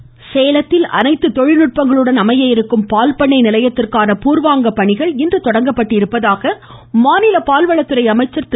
ராஜேந்திரட பாலாஜி சேலத்தில் அனைத்து தொழில்நுட்பங்களுடன் அமையவிருக்கும் பால் பண்ணை நிலையத்திற்கான பூர்வாங்க பணிகள் இன்று தொடங்கப்பட்டதாக மாநில பால்வளத்துறை அமைச்சர் திரு